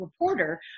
reporter